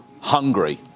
hungry